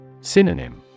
Synonym